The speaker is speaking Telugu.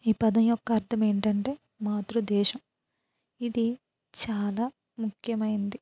ఈ పదం యొక్క అర్థం ఏంటంటే మాతృదేశం ఇది చాలా ముఖ్యమైంది